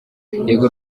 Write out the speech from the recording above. yego